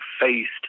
faced